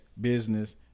business